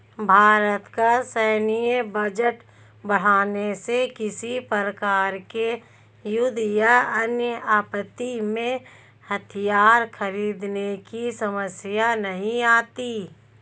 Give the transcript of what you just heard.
भारत का सैन्य बजट बढ़ाने से किसी प्रकार के युद्ध या अन्य आपत्ति में हथियार खरीदने की समस्या नहीं आती